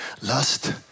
lust